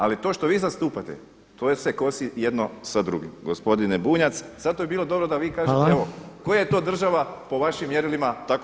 Ali to što vi zastupate, to se kosi jedno sa drugim gospodine Bunjac, zato bi bilo dobro da vi kažete evo [[Upadica Reiner: Hvala.]] Koja je to država po vašim mjerilima tako